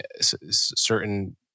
certain